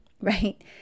right